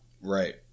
Right